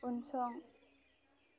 उनसं